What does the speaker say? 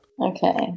Okay